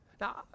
Now